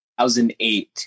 2008